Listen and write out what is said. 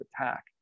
attack